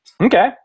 Okay